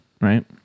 right